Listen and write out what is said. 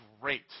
great